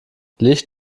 licht